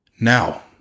Now